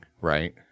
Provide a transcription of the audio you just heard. right